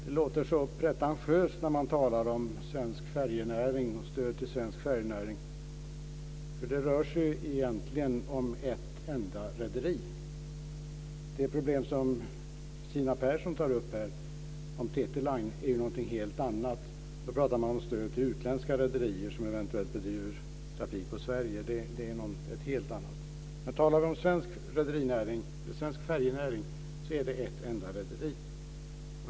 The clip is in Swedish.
Fru talman! Det låter så pretentiöst när man talar om svensk färjenäring och stöd till svensk färjenäring. Det rör sig egentligen om ett enda rederi. Det problem som Catherine Persson tar upp om TT-Line är något helt annat. Då pratar man om stöd till utländska rederier som eventuellt bedriver trafik på Sverige. Det är något helt annat. Talar vi om svensk färjenäring är det fråga om ett enda rederi.